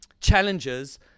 challenges